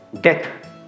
death